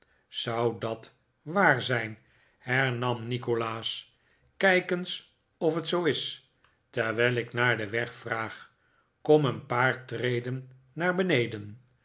zou dat waar zijn hernam nikolaas kijk eens of het zoo is terwijl ik naar den weg vraag kom een paar treden naar beneden